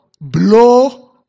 Blow